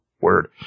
word